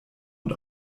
und